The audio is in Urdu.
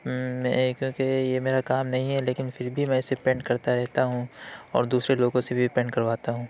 میں کیوں کہ یہ میرا کام نہیں ہے لیکن پھر بھی میں اِسے پینٹ کرتا رہتا ہوں اور دوسرے لوگوں سے بھی پینٹ کرواتا ہوں